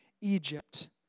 Egypt